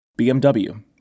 BMW